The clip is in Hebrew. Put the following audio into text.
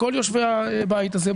לכל יושבי הבית הזה,